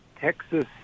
Texas